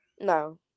no